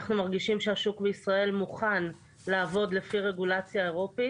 אנחנו מרגישים שהשוק בישראל מוכן לעבוד לפי רגולציה אירופית.